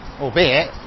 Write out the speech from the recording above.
albeit